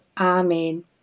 amen